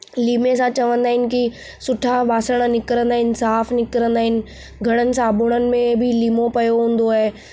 लीमे सां चवंदा आहिनि की सुठा बासण निकरंदा आहिनि साफ़ु निकरंदा आहिनि घणनि साबुण में बि लीमो पियो हूंदो आहे